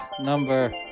number